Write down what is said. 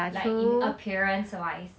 like in appearance wise